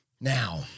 Now